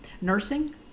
nursing